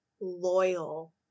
loyal